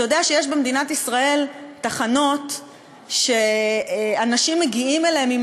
אתה יודע שיש במדינת ישראל תחנות שאנשים מגיעים אליהן עם